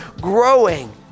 growing